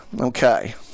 Okay